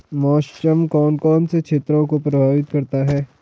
मौसम कौन कौन से क्षेत्रों को प्रभावित करता है?